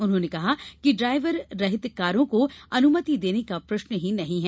उन्होंने कहा कि ड्राइवर रहित कारों को अनुमति देने का प्रश्न ही नहीं है